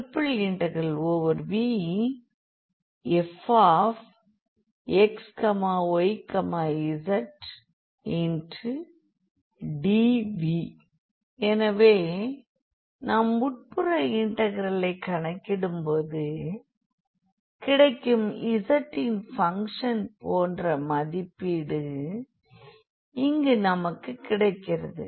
VfxyzdV எனவே நாம் உட்புற இன்டெகிரலை கணக்கிடும்போது கிடைக்கும் z இன் பங்க்ஷன் போன்ற மதிப்பீடு இங்கு நமக்கு கிடைக்கிறது